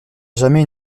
jamais